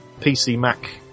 PC-Mac